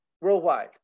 worldwide